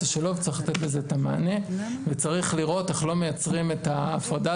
השילוב דורש מענה וצריך לראות איך לא מייצרים את ההפרדה